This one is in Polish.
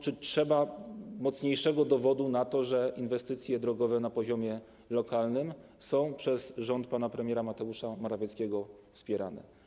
Czy trzeba mocniejszego dowodu na to, że inwestycje drogowe na poziomie lokalnym są przez rząd pana premiera Mateusza Morawieckiego wspierane?